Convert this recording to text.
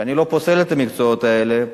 ואני לא פוסל את המקצועות האלה,